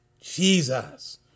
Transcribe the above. Jesus